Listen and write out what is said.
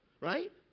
right